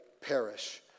perish